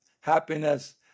happiness